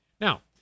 Now